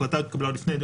ההחלטה התקבלה עוד לפני,